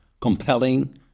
Compelling